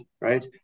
right